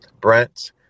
Brent